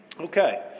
Okay